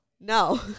No